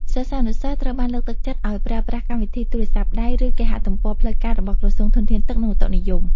សិស្សានុសិស្សត្រូវបានលើកទឹកចិត្តឱ្យប្រើប្រាស់កម្មវិធីទូរស័ព្ទដៃ ឬគេហទំព័រផ្លូវការរបស់ក្រសួងធនធានទឹក និងឧតុនិយម។